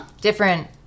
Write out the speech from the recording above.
different